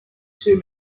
two